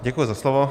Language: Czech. Děkuji za slovo.